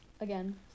Again